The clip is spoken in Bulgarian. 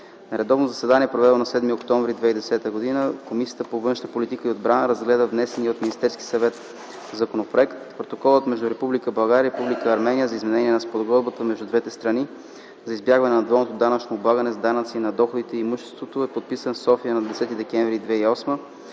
На редовно заседание, проведено на 7 октомври 2010 г., Комисията по външна политика и отбрана разгледа внесения от Министерския съвет законопроект. Протоколът между Република България и Република Армения за изменение на Спогодбата между двете страни за избягване на двойното данъчно облагане с данъци на доходите и имуществото е подписан в София на 10 декември 2008 г.